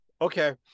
Okay